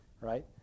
right